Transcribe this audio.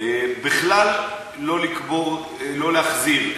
בכלל לא להחזיר,